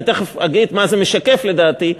אני תכף אגיד מה זה משקף לדעתי,